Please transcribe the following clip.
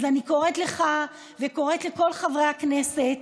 אז אני קוראת לך וקוראת לכל חברי הכנסת: